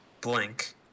Blank